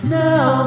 now